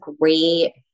great